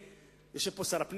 כי מי יקנה את הקרקעות האלה?